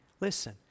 Listen